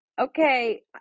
okay